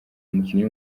umukinnyi